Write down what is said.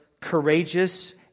courageous